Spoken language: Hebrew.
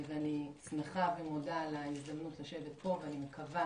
אני שמחה ומודה על ההזדמנות לשבת פה ואני מקווה